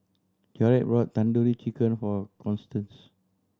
Jarrett bought Tandoori Chicken for Constance